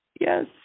Yes